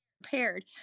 Prepared